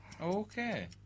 Okay